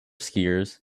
skiers